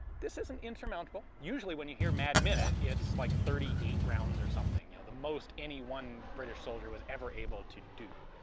this isn't insurmountable. usually when you hear mad minute, it's like thirty eight rounds or something, you know, the most any one british soldier was ever able to do.